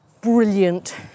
brilliant